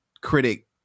critic